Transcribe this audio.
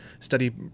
study